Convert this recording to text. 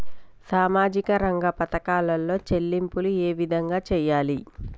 సామాజిక రంగ పథకాలలో చెల్లింపులు ఏ విధంగా చేయాలి?